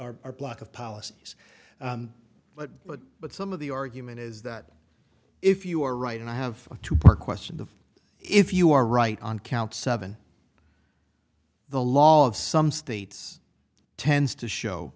our block of policies but but but some of the argument is that if you are right and i have a two part question if you are right on count seven the law of some states tends to show